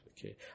Okay